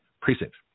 precinct